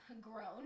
grown